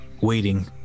waiting